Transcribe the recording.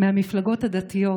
מהמפלגות הדתיות: